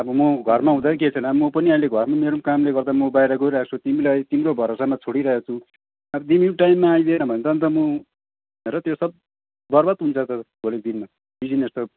अब मो घरमा हुँदा त केही छैन अब म पनि अहिले घरमा मेरो पनि कामले गर्दा म बाइर गइरहेको छु तिमीलाई तिम्रो भरोसामा छोडिरहेको छु अबब तिमी पनि टाइममा आइदिएन भने त अन्त म हेर त्यो सब बर्बाद हुन्छ त भोलिको दिनमा बिजिनेस त